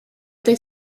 there